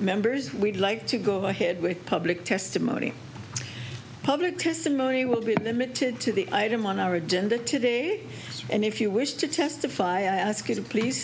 members we'd like to go ahead with public testimony public testimony will be limited to the item on our agenda today and if you wish to testify ask him please